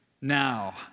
now